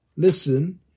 Listen